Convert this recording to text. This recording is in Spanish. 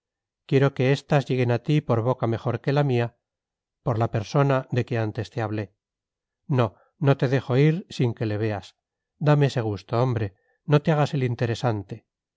quiero que estas lleguen a ti por boca mejor que la mía por la persona de que antes te hablé no no te dejo ir sin que le veas dame ese gusto hombre no te hagas el interesante